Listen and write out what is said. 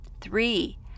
Three